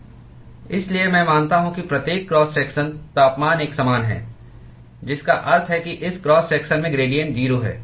इसलिए मैं मानता हूं कि प्रत्येक क्रॉस सेक्शन तापमान एक समान है जिसका अर्थ है कि इस क्रॉस सेक्शन में ग्रेडिएंट 0 हैं